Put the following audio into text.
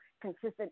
consistent